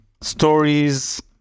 stories